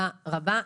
תודה רבה.